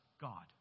God